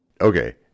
Okay